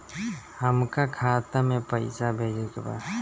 हमका खाता में पइसा भेजे के बा